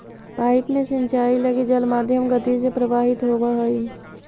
pipe में सिंचाई लगी जल मध्यम गति से प्रवाहित होवऽ हइ